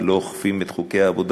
ולא אוכפים את חוקי העבודה.